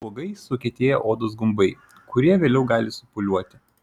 spuogai sukietėję odos gumbai kurie vėliau gali supūliuoti